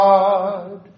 God